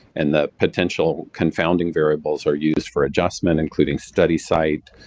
and the potential confounding variables are used for adjustment including study site,